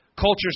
culture's